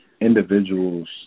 individuals